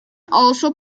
also